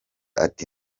ati